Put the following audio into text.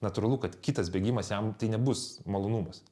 natūralu kad kitas bėgimas jam tai nebus malonumas